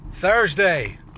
Thursday